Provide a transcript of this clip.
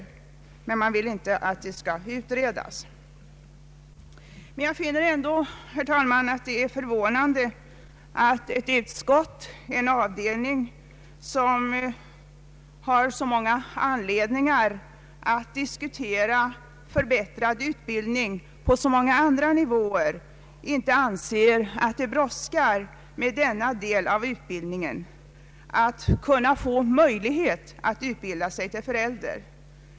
Utskottet vill dock inte att frågan skall utredas. Jag tycker, herr talman, att det är förvånande att en utskottsavdelning, som har anledning att diskutera förbättrad utbildning på så många andra nivåer, inte anser att det brådskar med denna del av utbildningen så att människor bereds möjligheter att utbilda sig till föräldrar.